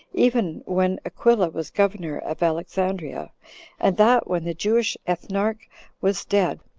even when aquila was governor of alexandria and that when the jewish ethnarch was dead,